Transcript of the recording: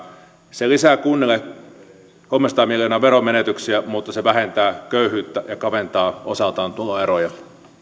se lisää kunnille kolmesataa miljoonaa veronmenetyksiä mutta se vähentää köyhyyttä ja kaventaa osaltaan tuloeroja